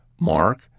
Mark